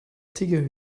tiger